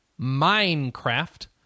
minecraft